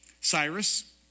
Cyrus